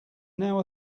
now